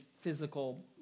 physical